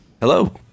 Hello